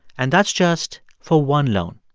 and that's just for one loan.